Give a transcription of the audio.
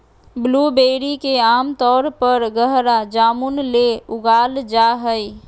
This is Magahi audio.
ब्लूबेरी के आमतौर पर गहरा जामुन ले उगाल जा हइ